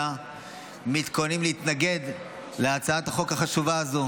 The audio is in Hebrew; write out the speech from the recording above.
מתכוננים להתנגד להצעת החוק החשובה הזו,